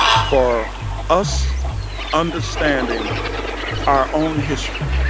for us understanding our own history